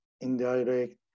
indirect